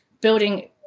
building